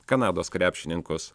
kanados krepšininkus